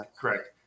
correct